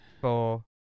four